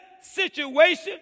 situation